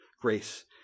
grace